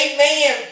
Amen